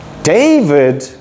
David